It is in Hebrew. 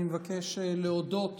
אני מבקש להודות